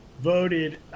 voted